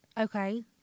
Okay